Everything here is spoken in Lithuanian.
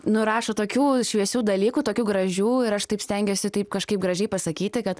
nu rašo tokių šviesių dalykų tokių gražių ir aš taip stengiuosi taip kažkaip gražiai pasakyti kad